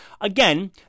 Again